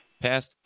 past